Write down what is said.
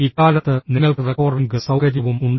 ഇക്കാലത്ത് നിങ്ങൾക്ക് റെക്കോർഡിംഗ് സൌകര്യവും ഉണ്ട്